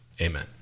Amen